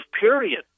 period